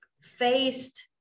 faced